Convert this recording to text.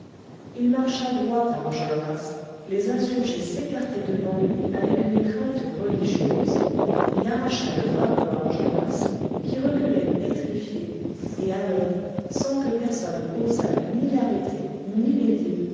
il marcha droit à enjolras les insurgés s'écartaient devant lui avec une crainte religieuse il arracha le drapeau à enjolras qui reculait pétrifié et alors sans que personne osât ni l'arrêter ni l'aider